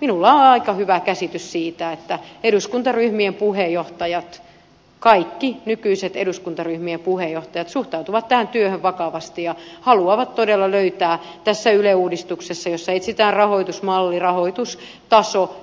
minulla on aika hyvä käsitys siitä että kaikki eduskuntaryhmien nykyiset puheenjohtajat suhtautuvat tähän työhön vakavasti ja haluavat todella löytää tässä yle uudistuksessa jossa etsitään rahoitusmalli rahoitustason